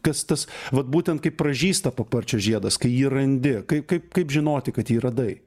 kas tas vat būtent kaip pražysta paparčio žiedas kai jį randi kai kai kaip žinoti kad jį radai